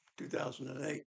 2008